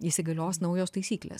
įsigalios naujos taisyklės